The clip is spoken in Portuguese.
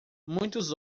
muitos